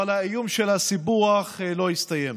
אבל האיום של הסיפוח לא הסתיים.